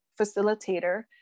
facilitator